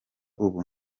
ubu